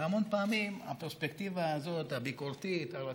והמון פעמים הפרספקטיבה הביקורתית הזאת,